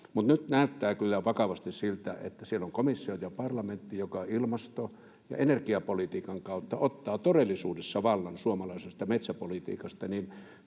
Mutta nyt näyttää kyllä vakavasti siltä, että siellä on komissio ja parlamentti, jotka ilmasto- ja energiapolitiikan kautta ottavat todellisuudessa vallan suomalaisesta metsäpolitiikasta.